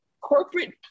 corporate